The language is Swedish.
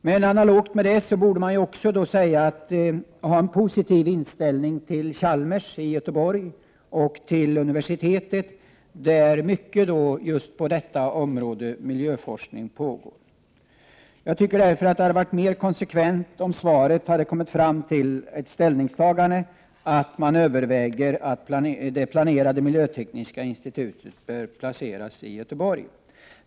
Men analogt med detta borde man också ha en positiv inställning till Chalmers och till universitetet i Göteborg, där miljöforskning på just detta område pågår. Jag tycker därför att det hade varit mera konsekvent, om miljöministern i sitt svar hade kommit till ställningstagandet att det planerade miljötekniska institutet bör placeras i Göteborg.